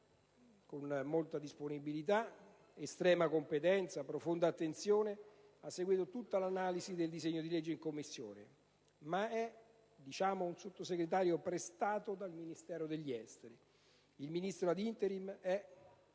con molta disponibilità, estrema competenza e profonda attenzione ha seguito tutta l'analisi del disegno di legge in Commissione, ma è un Sottosegretario "prestato" dal Ministero degli affari esteri, se